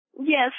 Yes